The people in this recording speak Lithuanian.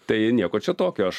tai nieko čia tokio aš